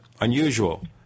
unusual